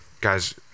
Guys